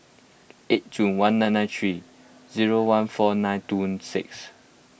eight June one nine nine three zero one four nine two six